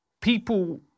people